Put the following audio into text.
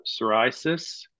psoriasis